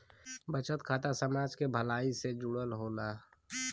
बचत खाता समाज के भलाई से जुड़ल होला